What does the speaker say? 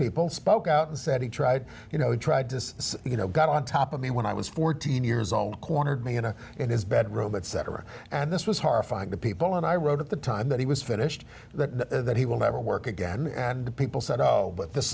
people spoke out and said he tried you know he tried to you know got on top of me when i was fourteen years old cornered me into his bedroom but cetera and this was horrifying to people and i wrote at the time that he was finished the that he will never work again and people said oh but this